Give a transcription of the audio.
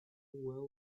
well